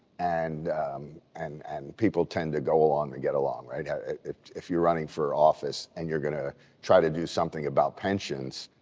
and and and people tend to go along and get along. yeah if you're running for office and you're going to try to do something about pensions,